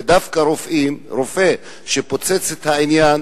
ודווקא רופא פוצץ את העניין,